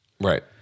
Right